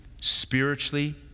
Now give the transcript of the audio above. spiritually